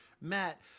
Matt